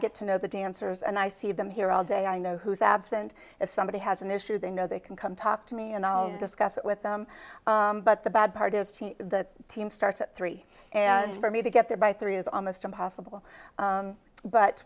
get to know the dancers and i see them here all day i know who is absent if somebody has an issue they know they can come talk to me and discuss it with them but the bad part is the team starts at three and for me to get there by three is almost impossible